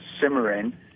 simmering